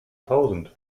tausend